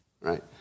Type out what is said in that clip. right